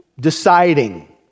deciding